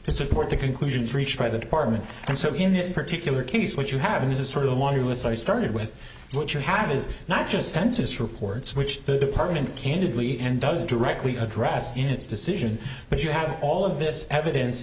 to support the conclusions reached by the department and so in this particular case what you have is a sort of one who is i started with what you have is not just census reports which the department candidly and does directly address in its decision but you have all of this evidence